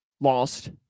lost